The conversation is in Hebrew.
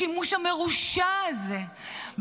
בשימוש המרושע הזה,